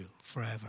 forever